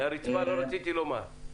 מהרצפה לא רציתי לומר.